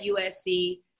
USC